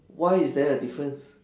why is there a difference